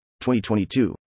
2022